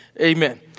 Amen